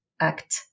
act